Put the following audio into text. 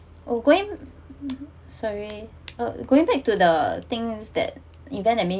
oh going sorry uh going back to the things that event that make you